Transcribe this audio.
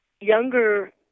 younger